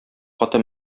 каты